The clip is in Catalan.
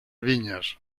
vinyes